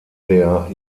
der